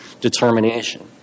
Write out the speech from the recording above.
determination